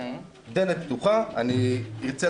'התפרצת לדלת פתוחה',